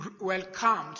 welcomed